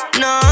no